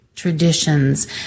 Traditions